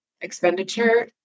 expenditure